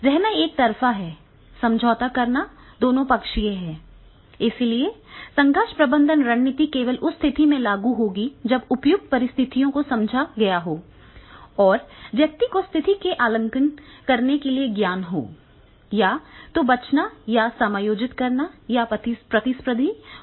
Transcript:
रहना एकतरफा है समझौता करना दोनों पक्षीय है इसलिए संघर्ष प्रबंधन रणनीति केवल उस स्थिति में लागू होगी जब उपयुक्त परिस्थितियों को समझा गया हो और व्यक्ति को स्थिति का आकलन करने के लिए ज्ञान हो या तो बचने या समायोजित करने या प्रतिस्पर्धी होने के लिए